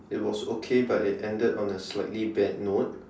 it was okay but it ended on a slightly bad note